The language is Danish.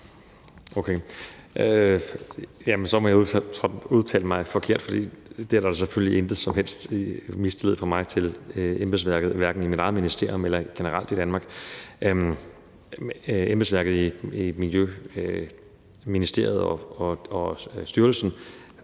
jamen så må jeg have udtrykt mig forkert, for der er selvfølgelig ingen som helst mistillid fra mig til embedsværket, hverken til mit eget ministerium eller generelt i Danmark. Embedsværket i Miljøministeriet og Miljøstyrelsen